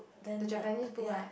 then the ya